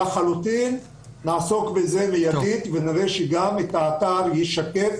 לחלוטין נעסוק בזה מיידית ונראה שגם את האתר ישקף